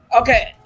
Okay